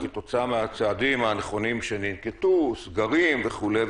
כתוצאה מהצעדים הנכונים שננקטו סגרים וכו'.